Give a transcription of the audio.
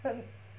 but